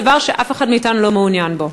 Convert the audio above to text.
דבר שאף אחד מאתנו לא מעוניין בו.